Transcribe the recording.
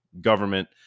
government